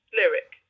lyric